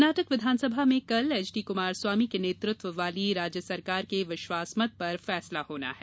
कर्नाटक विधानसभा में कल एच डी कुमारस्वामी के नेतृत्व वाली राज्य सरकार के विश्वासमत पर फैसला होना है